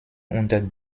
unter